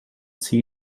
sie